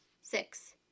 six